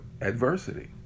adversity